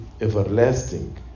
everlasting